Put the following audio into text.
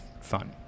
fun